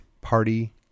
party